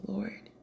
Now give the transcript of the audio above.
Lord